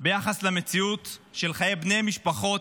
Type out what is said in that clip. ביחס למציאות של חיי בני המשפחות,